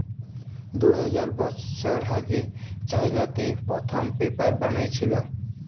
দু হাজার বসর আগে চাইলাতে পথ্থম পেপার বালাঁই ছিল